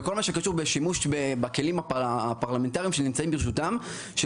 בכל מה שקושר בשימוש בכלים הפרלמנטריים שנמצאים ברשותם של